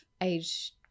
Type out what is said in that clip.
age